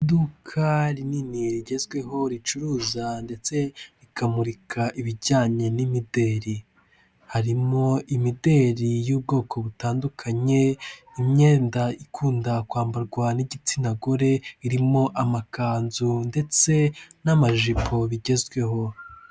Iduka rinini rigezweho ricuruza ndetse rikamurika ibijyanye n'imideli, harimo imideli y'ubwoko butandukanye imyenda ikunda kwambarwa n'igitsina gore, irimo amakanzu ndetse n'amajipo bigezweho.